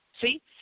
See